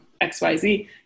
XYZ